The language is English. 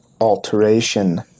alteration